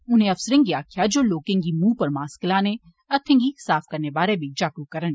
उनें अफसरें गी आक्खेआ जे ओ लोकें गी मुंह पर मास्क लाने हत्थें गी साफ करने बारे बी जागरूक करन